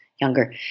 younger